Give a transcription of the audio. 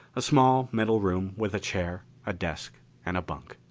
a small metal room with a chair, a desk and a bunk.